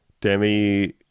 Demi